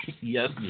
yes